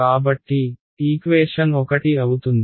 కాబట్టి ఈక్వేషన్ ఒకటి అవుతుంది